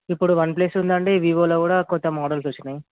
ఇప్పుడు వన్ప్లస్ ఉంది అండి వివోలో కూడా క్రొత్త మోడల్స్ వచ్చినాయి